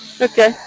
Okay